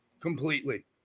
completely